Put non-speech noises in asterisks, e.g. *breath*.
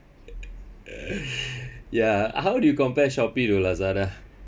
*laughs* *breath* ya uh how do you compare Shopee to Lazada